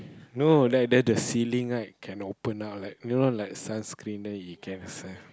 no like that the ceiling right can open up like you know like sunscreen then you can save